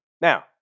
Now